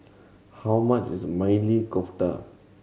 how much is Maili Kofta